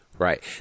Right